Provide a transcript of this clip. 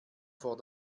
vor